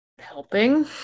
helping